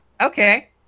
Okay